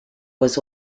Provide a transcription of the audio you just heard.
was